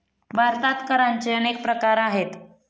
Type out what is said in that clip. भारतात करांचे अनेक प्रकार आहेत